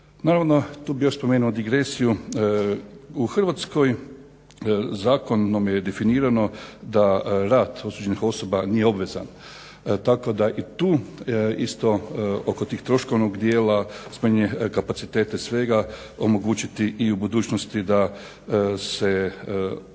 Naravno, tu bi još spomenuo digresiju, u Hrvatskoj zakonom je definirano da rad osuđenih osoba nije obvezan, tako da i tu isto oko tih troškovnih dijelova smanjenje kapaciteta i svega, omogućiti i u budućnosti da se može